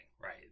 right